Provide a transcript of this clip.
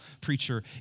preacher